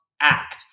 act